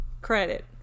credit